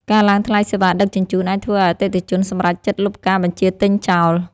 ការឡើងថ្លៃសេវាដឹកជញ្ជូន អាចធ្វើឱ្យអតិថិជនសម្រេចចិត្តលុបការបញ្ជាទិញចោល។